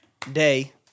Day